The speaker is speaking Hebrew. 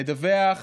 לדווח